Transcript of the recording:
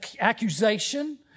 accusation